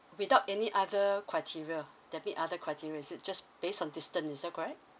without any other criteria that mean other criteria is it just based on distance is that correct